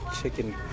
chicken